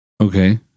Okay